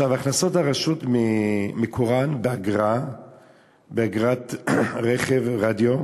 הכנסות הרשות מקורן באגרת רכב ורדיו,